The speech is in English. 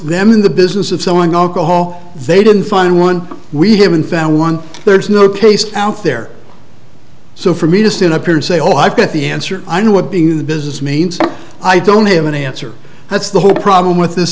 them in the business of selling alcohol they didn't find one we haven't found one there is no case out there so for me to sit in a period say oh i've got the answer i know what being in the business means i don't have an answer that's the whole problem with this